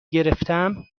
گرفتم